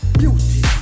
beauty